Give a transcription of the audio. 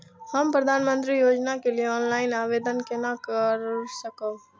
हम प्रधानमंत्री योजना के लिए ऑनलाइन आवेदन केना कर सकब?